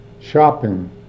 shopping